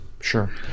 sure